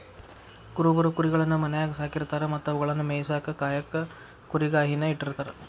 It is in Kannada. ಕುರುಬರು ಕುರಿಗಳನ್ನ ಮನ್ಯಾಗ್ ಸಾಕಿರತಾರ ಮತ್ತ ಅವುಗಳನ್ನ ಮೇಯಿಸಾಕ ಕಾಯಕ ಕುರಿಗಾಹಿ ನ ಇಟ್ಟಿರ್ತಾರ